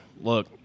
look